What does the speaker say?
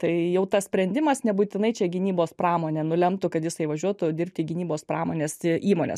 tai jau tas sprendimas nebūtinai čia gynybos pramonė nulemtų kad jisai važiuotų dirbti į gynybos pramonės įmones